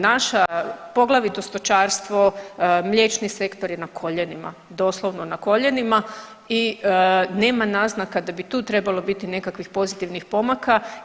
Naša, poglavito stočarstvo, mliječni sektor je koljenima, doslovno na koljenima i nema naznaka da bi tu trebalo biti nekakvih pozitivnih pomaka.